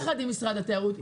ביחד עם משרד התיירות,